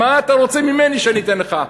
מה אתה רוצה שאני אתן לך?